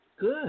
Good